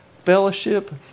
fellowship